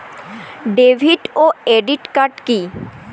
David ও credit card কি?